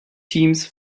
teams